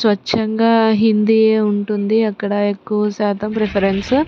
స్వచ్ఛంగా హిందీయే ఉంటుంది అక్కడ ఎక్కువ శాతం ప్రిఫరెన్సు